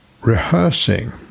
rehearsing